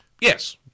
Yes